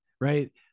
right